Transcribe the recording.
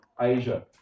Asia